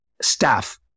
staff